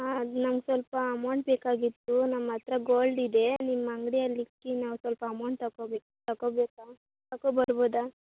ಹಾಂ ನಂಗೆ ಸ್ವಲ್ಪ ಅಮೌಂಟ್ ಬೇಕಾಗಿತ್ತು ನಮ್ಮ ಹತ್ರ ಗೋಲ್ಡ್ ಇದೆ ನಿಮ್ಮ ಅಂಗ್ಡಿಯಲ್ಲಿ ಇಕ್ಕಿ ನಾವು ಸ್ವಲ್ಪ ಅಮೌಂಟ್ ತಕೋಬೇಕು ತಕೋಬೇಕು ತಕೊಂ ಬರ್ಬೋದಾ